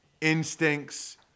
instincts